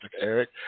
Eric